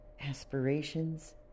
aspirations